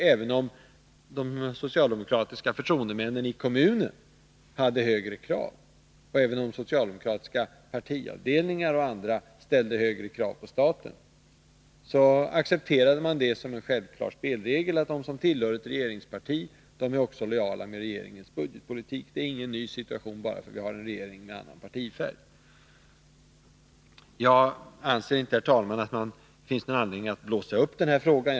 Även om de socialdemokratiska förtroendemännen eller partiavdelningen i kommunen hade andra krav, accepterade man det som en självklar spelregel att de som representerade regeringspartiet i riksdagen också var lojala med regeringens budgetpolitik. Detta är alltså ingen ny situation eller något som beror på att vi har en regering med en viss partifärg. Jag anser inte, herr talman, att det finns någon anledning att blåsa upp den här frågan.